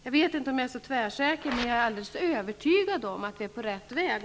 Jag vet inte om jag är så tvärsäker, men jag är övertygad om att vi är på rätt väg.